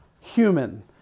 human